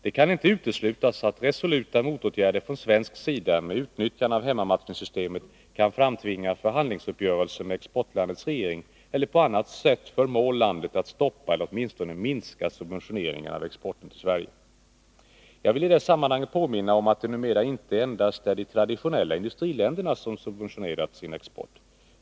Det kan inte uteslutas att resoluta motåtgärder från svensk sida med utnyttjande av hemmamatchningssystemet kan framtvinga förhandlingsuppgörelse med exportlandets regering eller på annat sätt förmå landet att stoppa eller åtminstone minska subventioneringen av exporten till Sverige. Jag vill i detta sammanhang påminna om att det numera inte endast är de traditionella industriländerna som subventionerat sin export.